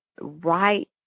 right